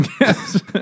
Yes